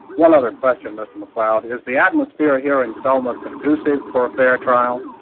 one other question, mr. mcleod is the atmosphere here in selma conducive for a fair trial?